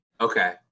okay